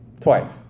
Twice